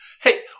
Hey